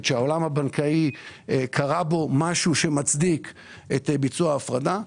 שבעולם הבנקאי קרה משהו שמצדיק את ביצוע ההפרדה.